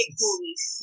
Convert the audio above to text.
movies